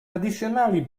additionally